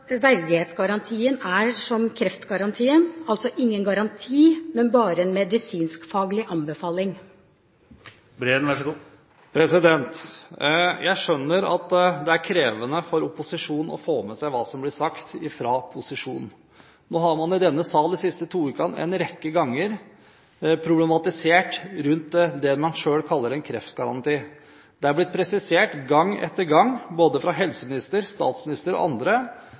verdighetsgarantien er som kreftgarantien, altså ingen garanti, men bare en medisinskfaglig anbefaling? Jeg skjønner at det er krevende for opposisjonen å få med seg hva som blir sagt av posisjonen. Nå har man i denne sal de siste to ukene en rekke ganger problematisert rundt det man selv kaller en kreftgaranti. Det er blitt presisert gang etter gang av både helseminister, statsminister og andre